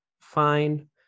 fine